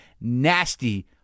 nasty